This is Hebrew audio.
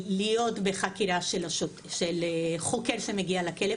להיות בחקירה של חוקר שמגיע לכלא,